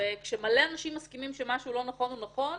וכשמלא אנשים מסכימים שמשהו לא נכון או נכון,